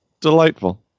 delightful